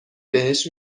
بهش